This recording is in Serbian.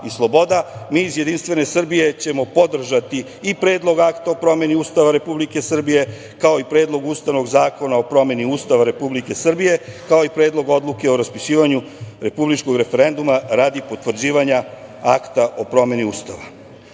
mi iz JS ćemo podržati i Predlog akta o promeni Ustava Republike Srbije, kao i Predlog ustavnog zakona o promeni Ustava Republike Srbije, kao i Predlog odluke o raspisivanju republičkog referenduma radi potvrđivanja Akta o promeni Ustava. Dve